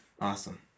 Awesome